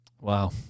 Wow